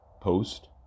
post